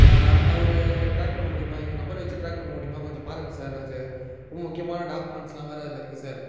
அவர் track பண்ண முடியுமா இந்த நம்பரை வச்சு ட்ராக் பண்ண முடியுமா கொஞ்சம் பாருங்கள் சார் அது ரொம்ப முக்கியமான டாக்குமெண்ட்ஸ் எல்லாம் வேறு அதில் இருக்கு சார்